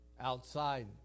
outside